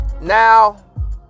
Now